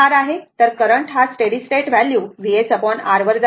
तर करंट हा steady state value VsR वर जाईल